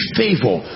favor